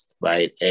right